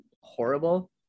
horrible